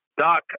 Doc